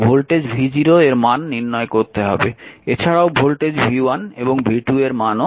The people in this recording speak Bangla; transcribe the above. এছাড়াও ভোল্টেজ v1 এবং v2 এর মানও নির্ণয় করতে হবে